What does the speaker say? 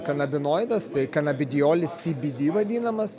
kanabinoidas tai kanabidiolis sybydy vadinamas